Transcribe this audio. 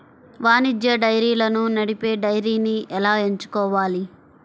వాణిజ్య డైరీలను నడిపే డైరీని ఎలా ఎంచుకోవాలి?